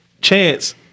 Chance